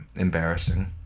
Embarrassing